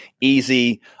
easy